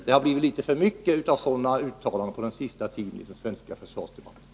Det har blivit litet för många sådana uttalanden på senaste tiden i den svenska försvarsdebatten.